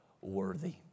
worthy